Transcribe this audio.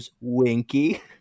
winky